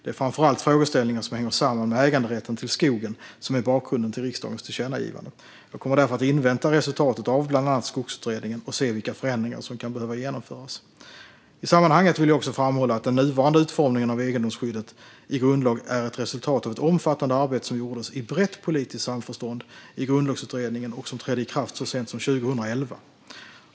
Det är framför allt frågeställningar som hänger samman med äganderätten till skogen som är bakgrunden till riksdagens tillkännagivande. Jag kommer därför att invänta resultatet av bland annat Skogsutredningen och se vilka förändringar som kan behöva genomföras. I sammanhanget vill jag också framhålla att den nuvarande utformningen av egendomsskyddet i grundlag är ett resultat av ett omfattande arbete som gjordes, i brett politiskt samförstånd, i Grundlagsutredningen. Detta trädde i kraft så sent som 2011.